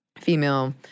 female